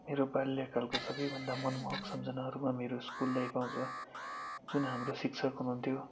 मेरो बाल्यकालको सबैभन्दा मनमोहक सम्झनाहरूमा मेरो स्कुल लाइफ आउँछ जुन हाम्रो शिक्षक हुनुहुन्थ्यो